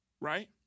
right